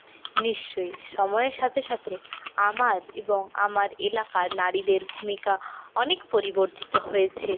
নিশ্চয়ই সময়ের সাথে সাথে আমার এবং আমার এলাকার নারীদের ভূমিকা অনেক পরিবর্তিত হয়েছে